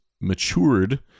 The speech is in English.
matured